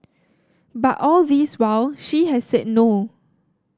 but all this while she has said no